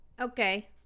Okay